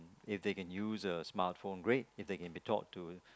if they can use a smartphone great if they can be taught to